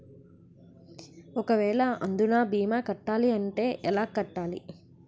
ఒక వేల అందునా భీమా కట్టాలి అంటే ఎలా కట్టాలి?